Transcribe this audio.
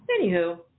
Anywho